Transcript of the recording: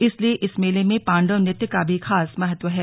इसीलिए इस मेले में पांडव नृत्य का भी खास महत्व है